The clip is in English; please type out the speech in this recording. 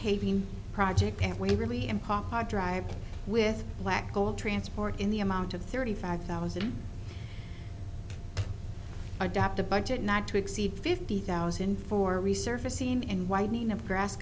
paving project at waverley and pop hard drive with black gold transport in the amount of thirty five thousand adopt the budget not to exceed fifty thousand for resurfacing and whitening and grass